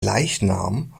leichnam